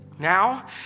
Now